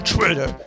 Twitter